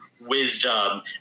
wisdom